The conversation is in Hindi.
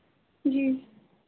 जी